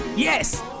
Yes